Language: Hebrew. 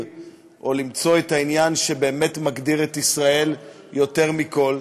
למצוא את העניין שבאמת מגדיר את ישראל יותר מכול.